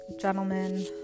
Gentlemen